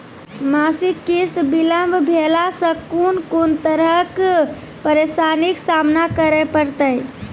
मासिक किस्त बिलम्ब भेलासॅ कून कून तरहक परेशानीक सामना करे परतै?